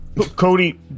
Cody